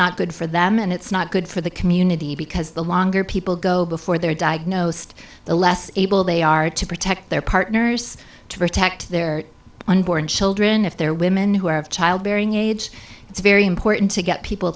not good for them and it's not good for the community because the longer people go before they're diagnosed the less able they are to protect their partners to protect their unborn children if they're women who are of childbearing age it's very important to get people